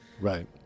Right